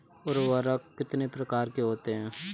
उर्वरक कितने प्रकार के होते हैं?